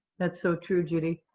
that's so true, judy.